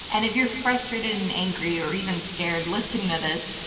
and if you're frustrated and angry or even scared listening to this,